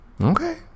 Okay